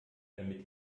damit